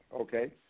okay